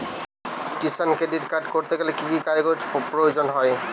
কিষান credit card করতে গেলে কি কি কাগজ প্রয়োজন হয়?